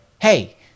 hey